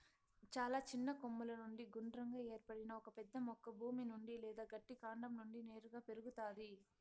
చాలా చిన్న కొమ్మల నుండి గుండ్రంగా ఏర్పడిన ఒక పెద్ద మొక్క భూమి నుండి లేదా గట్టి కాండం నుండి నేరుగా పెరుగుతాది